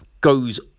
goes